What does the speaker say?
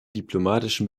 diplomatischen